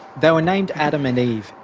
they were named adam and eve,